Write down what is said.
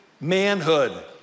manhood